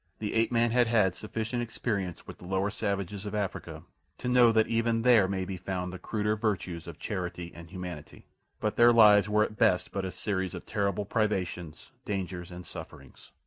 the ape-man had had sufficient experience with the lower savages of africa to know that even there may be found the cruder virtues of charity and humanity but their lives were at best but a series of terrible privations, dangers, and sufferings.